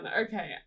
Okay